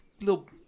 little